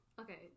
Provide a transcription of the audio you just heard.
okay